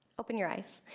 open your eyes.